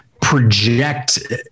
project